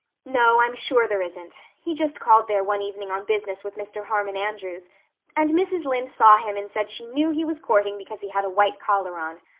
no, i'm sure there isn't. he just called there one evening on business with mr. harmon andrews and mrs. lynde saw him and said she knew he was courting because he had a white collar on.